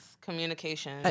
Communication